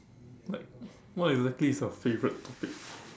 like what exactly is a favourite topic